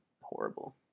horrible